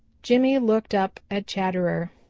jimmy looked up at chatterer.